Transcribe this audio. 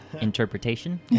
interpretation